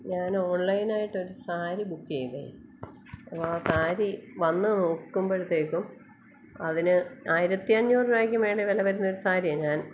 ഞാൻ ഓൺലൈൻ ആയിട്ട് ഒരു സാരി ബുക്ക് ചെയ്തെ അപ്പോൾ ആ സാരി വന്നു നോക്കുമ്പോഴത്തേക്കും അതിന് ആയിരത്തി അഞ്ഞൂർ രൂപായ്ക് മേലേ വില വരുന്ന ഒരു സാരിയാണ് ഞാൻ